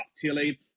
Tilly